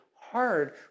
hard